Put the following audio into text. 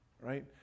Right